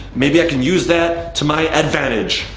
maybe i can use that to my advantage.